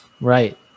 right